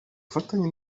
bufatanye